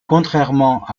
contrairement